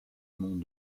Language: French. monde